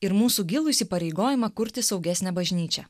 ir mūsų gilų įsipareigojimą kurti saugesnę bažnyčią